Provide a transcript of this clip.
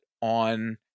on